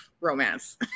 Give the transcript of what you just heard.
romance